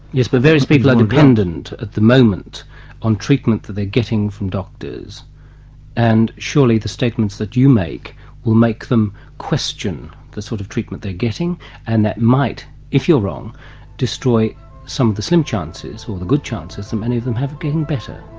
yes, but various people are dependent at the moment on treatment that they are getting from doctors and surely the statements that you make will make them question the sort of treatment they are getting and that might if you're wrong destroy some of the slim chances or the good chances that many of them have of getting better.